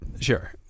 Sure